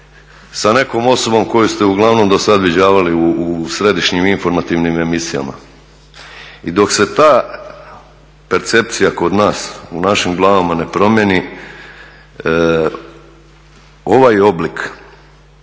sa nekom osobom koju ste do sada uglavnom viđali u središnjim informativnim emisijama. I dok se ta percepcija kod nas u našim glavama ne promijeni ovaj oblik